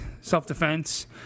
self-defense